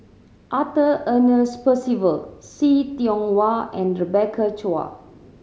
Arthur Ernest Percival See Tiong Wah and Rebecca Chua